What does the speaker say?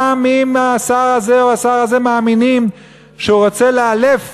גם אם השר הזה או השר הזה מאמינים שהוא רוצה לאלף